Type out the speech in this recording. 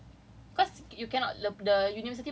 no but I won't I won't be getting like results for everything